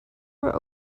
were